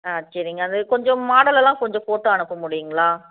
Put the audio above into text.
ஆ சரிங்க அது கொஞ்சம் மாடல் எல்லாம் கொஞ்சம் ஃபோட்டோ அனுப்ப முடியும்ங்களா